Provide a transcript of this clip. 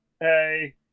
Hey